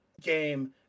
game